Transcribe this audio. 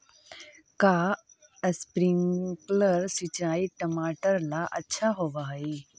का स्प्रिंकलर सिंचाई टमाटर ला अच्छा होव हई?